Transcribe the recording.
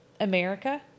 America